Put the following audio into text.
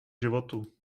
životu